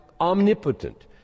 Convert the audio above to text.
omnipotent